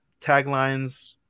taglines